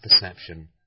perception